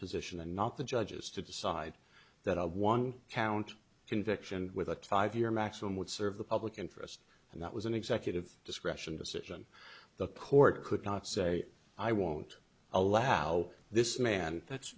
position and not the judges to decide that one count conviction with a five year maximum would serve the public interest and that was an executive discretion decision the court could not say i won't allow this man